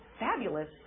fabulous